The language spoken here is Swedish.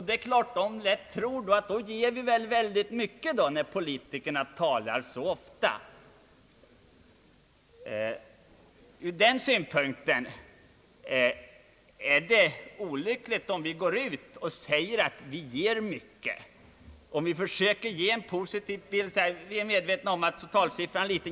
Det är klart att dessa människor då lätt tror att vi ger väldigt mycket när politikerna så ofta talar om biståndet.